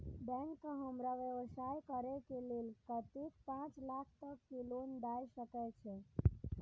Bank का हमरा व्यवसाय करें के लेल कतेक पाँच लाख तक के लोन दाय सके छे?